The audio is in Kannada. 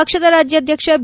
ಪಕ್ಷದ ರಾಜ್ಯಾಧ್ಯಕ್ಷ ಬಿ